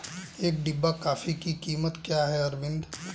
एक डिब्बा कॉफी की क्या कीमत है अरविंद?